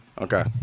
okay